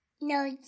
No